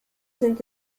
sind